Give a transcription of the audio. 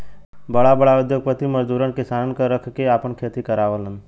बड़ा बड़ा उद्योगपति मजदूर किसानन क रख के आपन खेती करावलन